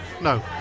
no